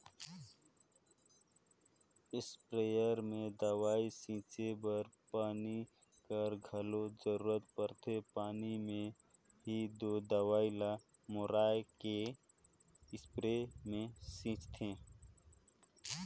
sprayer में दवई छींचे बर पानी कर घलो जरूरत परथे पानी में ही दो दवई ल मेराए के इस्परे मे छींचथें